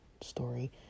story